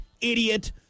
idiot